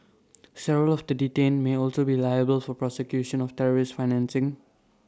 several of the detained may also be liable for prosecution of terrorist financing